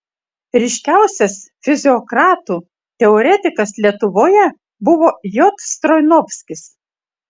ryškiausias fiziokratų teoretikas lietuvoje buvo j stroinovskis